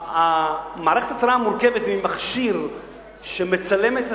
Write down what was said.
מערכת ההתרעה מורכבת ממכשיר שמצלם את הסביבה,